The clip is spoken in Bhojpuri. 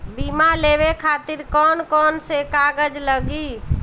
बीमा लेवे खातिर कौन कौन से कागज लगी?